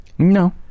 No